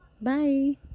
bye